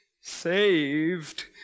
Saved